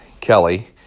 Kelly